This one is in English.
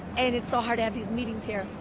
and it's so hard to have the meetings here.